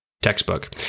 Textbook